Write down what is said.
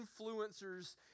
influencers